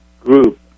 group